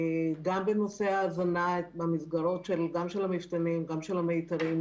אם מבחינת ההזנה שיש במפתנים ובמיתרים,